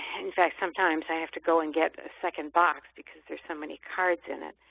and in fact, sometimes i have to go and get a second box because there's so many cards in it,